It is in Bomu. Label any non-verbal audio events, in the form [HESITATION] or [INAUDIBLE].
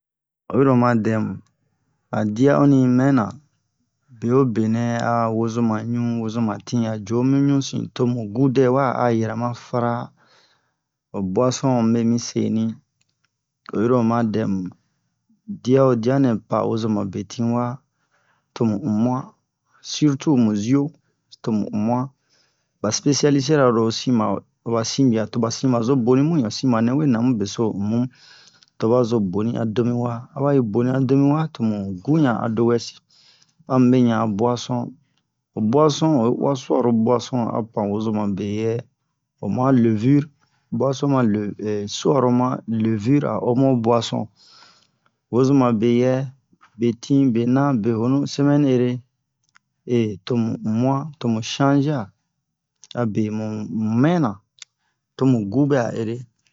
oyi ro oma dɛ mu han dia onni hi mɛ na beobe nɛ a'a wozoma ɲu wozoma tin a jo mu ɲu sin to mu gu dɛ wa a yɛrɛ ma fara ho boisson o mube mi seni oyi ro oma dɛ mu dia wo dia nɛ pa wozoma betin wa tomu umu'an surtu mu zio tomu umu'an ba spesialisira ro sima toba sinbia toba sinbia zo boni mui ba sinbianɛ we nɛ a mu beso umu mu to ba zo boni a do mi wa aba yi boni a do mi wa tomu gu yan a dowɛsi amube yan a boisson ho boisson oyi uwa suaro boisson a pa wozoma be yɛ ho ma levure boisson ma le ɛ suaro ma levure a o mu ho boisson wozoma be yɛ betin bena beyonu semɛne ere [HESITATION] tomu uwu'an tomu change a abe mu mɛna tomu gu bɛ a ere ɲɲɲ